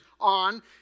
on